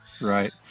Right